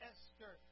Esther